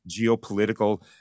geopolitical